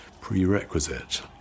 prerequisite